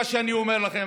מה שאני אומר לך,